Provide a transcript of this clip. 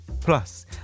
Plus